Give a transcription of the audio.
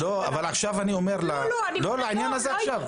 לא, לעניין הזה עכשיו.